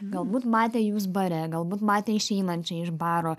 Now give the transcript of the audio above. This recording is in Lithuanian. galbūt matė jus bare galbūt matė išeinančią iš baro